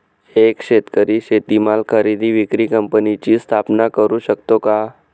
एक शेतकरी शेतीमाल खरेदी विक्री कंपनीची स्थापना करु शकतो का?